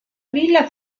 villa